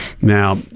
Now